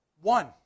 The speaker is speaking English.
One